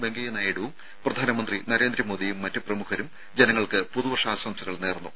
വെങ്കയ്യ നായിഡുവും പ്രധാനമന്ത്രി നരേന്ദ്രമോദിയും മറ്റു പ്രമുഖരും ജനങ്ങൾക്ക് പുതുവർഷാശംസകൾ നേർന്നു